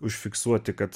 užfiksuoti kad